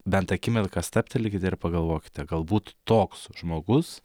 bent akimirką stabtelėkite ir pagalvokite galbūt toks žmogus